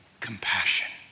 Compassion